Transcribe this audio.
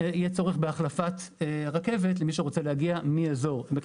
תחנת באקה-מאור נמצאת בימים אלה